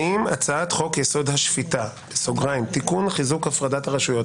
האם הצעת חוק-יסוד: השפיטה (תיקון חיזוק הפרדת הרשויות),